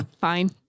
Fine